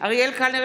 אריאל קלנר,